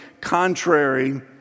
contrary